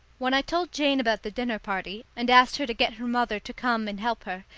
when i told jane about the dinner-party and asked her to get her mother to come and help her,